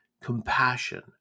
compassion